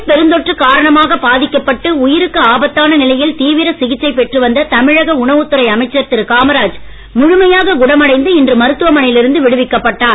Covid பெருந்தொற்று காரணமாக பாதிக்கப்பட்டு உயிருக்கு ஆபத்தான நிலையில் தீவிர சிகிச்சைப் பெற்று வந்த தமிழக உணவுத் துறை அமைச்சர் திரு காமராஜ் முழுமையாக குணமடைந்து இன்று மருத்துவமனையில் இருந்து விடுவிக்கப்பட்டார்